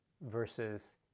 versus